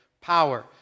power